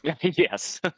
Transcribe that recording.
Yes